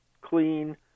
clean